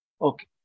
Okay